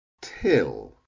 till